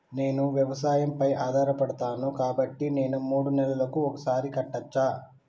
నేను వ్యవసాయం పై ఆధారపడతాను కాబట్టి నేను మూడు నెలలకు ఒక్కసారి కట్టచ్చా?